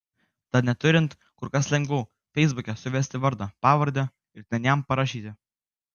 tad neturint kur kas lengviau feisbuke suvesti vardą pavardę ir ten jam parašyti